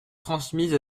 transmises